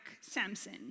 Samson